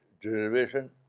derivation